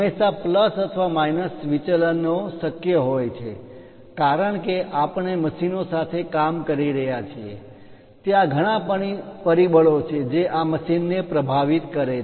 હંમેશા પ્લસ અથવા માઇનસ વિચલનો શક્ય હોય છે કારણ કે આપણે મશીનો સાથે કામ કરી રહ્યા છીએ ત્યાં ઘણા પરિબળો છે જે આ મશીન ને પ્રભાવિત કરે છે